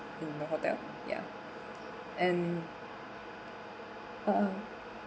in the hotel ya and uh